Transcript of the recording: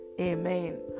Amen